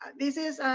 this is